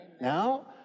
Now